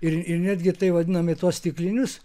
ir ir netgi tai vadinami tuos stiklinius